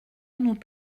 nous